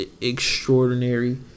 extraordinary